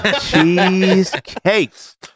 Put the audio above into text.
Cheesecakes